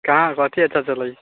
कहाँ कथी अच्छा कएले